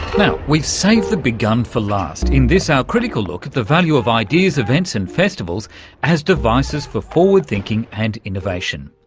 we've saved the big gun for last in this, our critical look at the value of ideas events and festivals as devices for forward thinking and innovation.